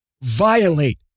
violate